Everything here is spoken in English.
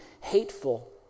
hateful